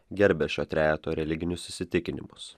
gerbė šio trejeto religinius įsitikinimus